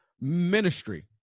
ministry